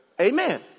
Amen